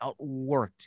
outworked